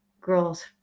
girls